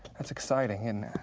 it's exciting, isn't